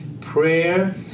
Prayer